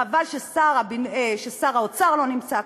חבל ששר האוצר לא נמצא כאן.